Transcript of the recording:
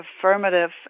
affirmative